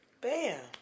Bam